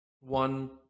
one